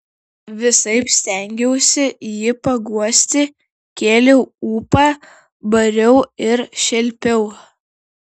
visaip stengiausi jį paguosti kėliau ūpą bariau ir šelpiau